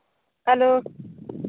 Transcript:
hello